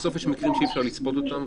בסוף יש מקרים שאי אפשר לצפות אותם,